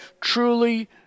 Truly